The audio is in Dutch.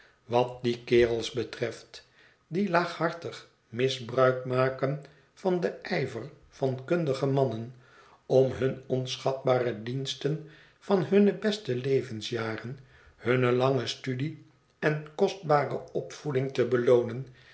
wat die kerels betreft die laaghartig misbruik maken van den ijver van kundige mannen om de onschatbare diensten van hunne beste levensjaren hunne lange studie en kostbare opvoeding te beloonen